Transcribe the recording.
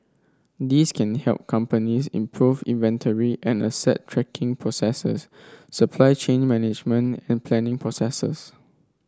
these can help companies improve inventory and asset tracking processes supply chain management and planning processes